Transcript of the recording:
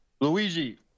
Luigi